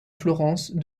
florence